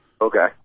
Okay